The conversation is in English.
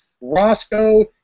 Roscoe